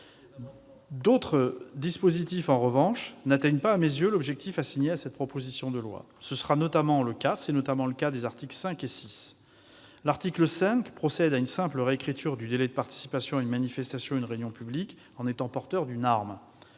D'autres dispositifs, en revanche, n'atteignent pas, à mes yeux, l'objectif assigné à cette proposition de loi. C'est notamment le cas des articles 5 et 6 du texte. L'article 5 procède à une simple réécriture du délit de participation à une manifestation ou à une réunion publique en étant porteur d'une arme.